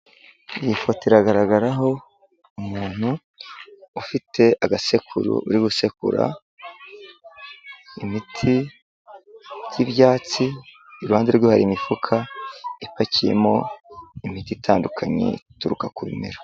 Ifoto iragaragaraho umuntu ufite agasekuru uri gusekura imiti by'ibyatsi, iruhande rwe hari imifuka ipakiyemo imiti itandukanye ituruka ku bimera.